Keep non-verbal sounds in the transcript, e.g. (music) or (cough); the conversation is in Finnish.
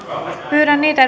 pyydän niitä (unintelligible)